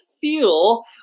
feel